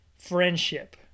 friendship